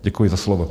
Děkuji za slovo.